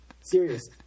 Serious